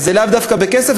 זה לאו דווקא בכסף,